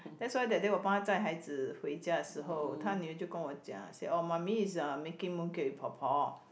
that's why that day 我帮她载孩子回家的时候她女儿就跟我讲 say oh mummy is making mooncake with por por